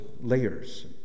layers